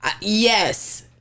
Yes